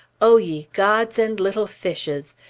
o ye gods and little fishes!